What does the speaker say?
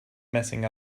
messing